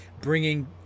bringing